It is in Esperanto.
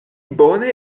bone